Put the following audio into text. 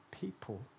people